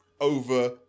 over